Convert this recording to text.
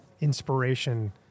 inspiration